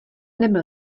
nebyl